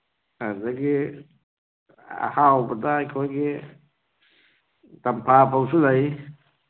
ꯑꯗꯨꯗꯒꯤ ꯑꯍꯥꯎꯕꯗ ꯑꯩꯈꯣꯏꯒꯤ ꯇꯝꯐꯥ ꯐꯧꯁꯨ ꯂꯩ